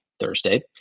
Thursday